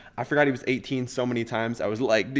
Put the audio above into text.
i forgot he was eighteen so many times i was like, dude,